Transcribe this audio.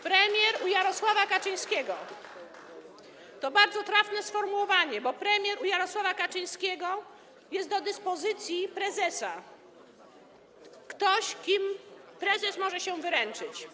Premier u Jarosława Kaczyńskiego - to bardzo trafne sformułowanie, bo premier u Jarosława Kaczyńskiego to ktoś do dyspozycji prezesa, ktoś, kim prezes może się wyręczyć.